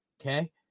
okay